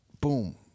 boom